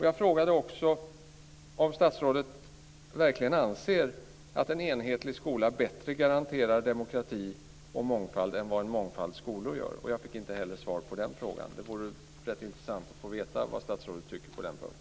Jag frågade också om statsrådet verkligen anser att en enhetlig skola bättre garanterar demokrati och mångfald än vad en mångfald skolor gör. Jag fick inte heller svar på den frågan. Det vore rätt intressant att få veta vad statsrådet tycker på den punkten.